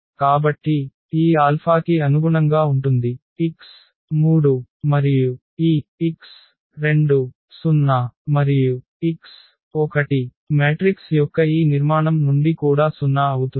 కాబట్టి ఈ ఆల్ఫాకి అనుగుణంగా ఉంటుంది x3 మరియు ఈ x2 0 మరియు x1 మ్యాట్రిక్స్ యొక్క ఈ నిర్మాణం నుండికూడా 0 అవుతుంది